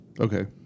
Okay